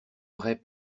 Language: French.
vraie